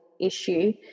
issue